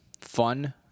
fun